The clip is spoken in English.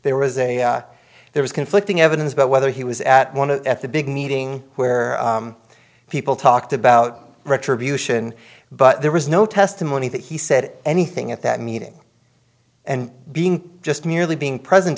there was a there was conflicting evidence about whether he was at one of the big meeting where people talked about retribution but there was no testimony that he said anything at that meeting and being just merely being present